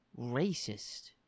racist